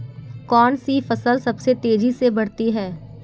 कौनसी फसल सबसे तेज़ी से बढ़ती है?